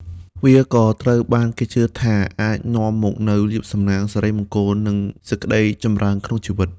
វាក៏ត្រូវបានគេជឿថាអាចនាំមកនូវលាភសំណាង សិរីមង្គល និងសេចក្តីចម្រើនក្នុងជីវិត។